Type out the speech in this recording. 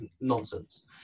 nonsense